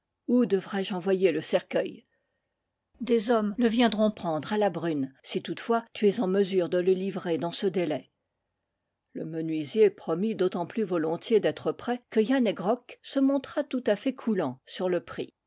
où devrai-je envoyer le cercueil des hommes le viendront prendre à la brune si toute fois tu es en mesure de le livrer dans ce délai le menuisier promit d'autant plus volontiers d'être prêt que yann he grok se montra tout à fait coulant sur le prix